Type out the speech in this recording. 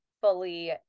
fully